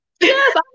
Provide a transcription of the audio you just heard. Yes